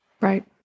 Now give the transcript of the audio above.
Right